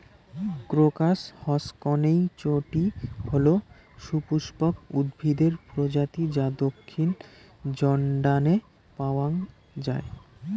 crocus হসকনেইচটি হল সপুষ্পক উদ্ভিদের প্রজাতি যা দক্ষিণ জর্ডানে পাওয়া য়ায়